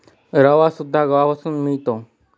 रवासुद्धा गव्हापासून मिळतो